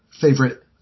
favorite